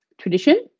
tradition